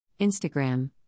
Instagram